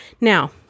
Now